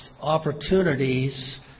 opportunities